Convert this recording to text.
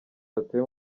batuye